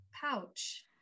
pouch